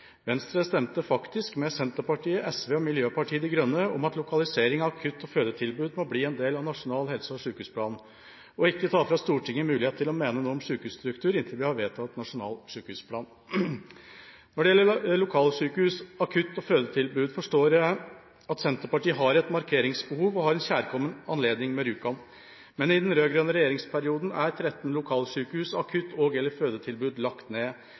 Venstre stemte faktisk med Senterpartiet, SV og Miljøpartiet De Grønne om at lokalisering av akutt- og fødetilbud må bli en del av nasjonal helse- og sykehusplan, og ikke ta fra Stortinget mulighet til å mene om sykehusstruktur inntil vi har vedtatt nasjonal sykehusplan. Når det gjelder lokalsykehus og akutt- og fødetilbud, forstår jeg at Senterpartiet har et markeringsbehov, og de får en kjærkommen anledning med Rjukan. Men i den rød-grønne regjeringsperioden er 13 lokalsykehus, akutt- og/eller fødetilbud lagt ned.